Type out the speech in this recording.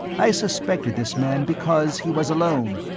i suspected this man because he was alone.